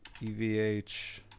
EVH